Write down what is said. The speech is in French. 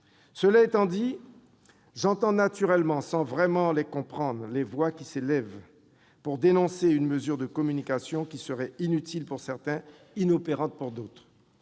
Cela étant dit, j'entends naturellement, sans vraiment les comprendre, les voix qui s'élèvent pour dénoncer une mesure de communication, inutile pour certains, inopérante pour d'autres.